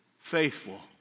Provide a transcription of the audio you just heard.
faithful